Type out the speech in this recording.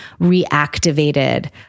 reactivated